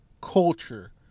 culture